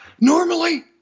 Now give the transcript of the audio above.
normally